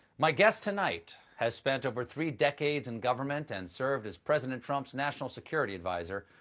my guest tonight has spent over three decades in government and served as president trump's national security advisor.